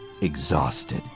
exhausted